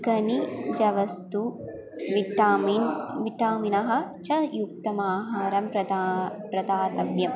खनिजवस्तु विटामिन् विटामिनः च युक्तमाहारं प्रदानं प्रदातव्यम्